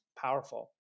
powerful